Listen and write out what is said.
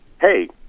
hey